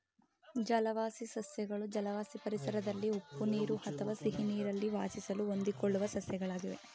ಜಲವಾಸಿ ಸಸ್ಯಗಳು ಜಲವಾಸಿ ಪರಿಸರದಲ್ಲಿ ಉಪ್ಪು ನೀರು ಅಥವಾ ಸಿಹಿನೀರಲ್ಲಿ ವಾಸಿಸಲು ಹೊಂದಿಕೊಳ್ಳುವ ಸಸ್ಯಗಳಾಗಿವೆ